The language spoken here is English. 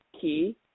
key